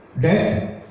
death